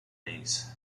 retirees